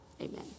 Amen